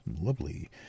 Lovely